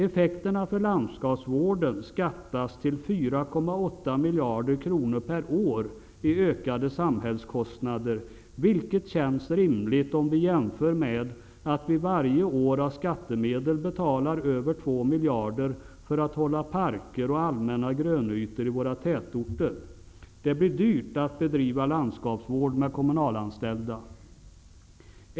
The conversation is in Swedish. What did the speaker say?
Effekten för landskapsvården skattas bli 4,8 miljarder kronor i ökade samhällskostnader per år, vilket känns rimligt med tanke på att vi varje år av skattemedel betalar över 2 miljarder för parker och allmänna grönytor i våra tätorter. Det blir dyrt att bedriva landskapsvård med kommunalanställda.